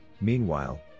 meanwhile